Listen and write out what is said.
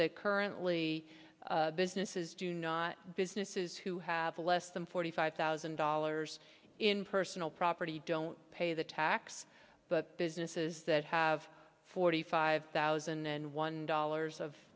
that currently businesses do not businesses who have less than forty five thousand dollars in personal property don't pay the tax but businesses that have forty five thousand and one dollars of